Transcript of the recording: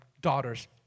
daughters